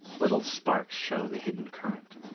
little sparks show the hidden current.